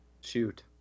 Shoot